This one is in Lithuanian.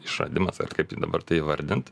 išradimas ar tai kaip tai dabar tai įvardint